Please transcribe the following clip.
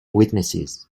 witnesses